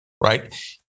right